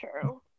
true